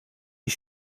die